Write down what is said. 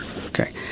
Okay